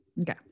Okay